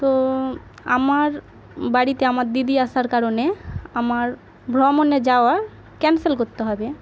তো আমার বাড়িতে আমার দিদি আসার কারণে আমার ভ্রমণে যাওয়ার ক্যানসেল করতে হবে